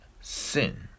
sin